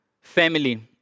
Family